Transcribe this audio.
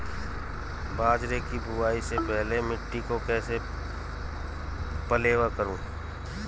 बाजरे की बुआई से पहले मिट्टी को कैसे पलेवा करूं?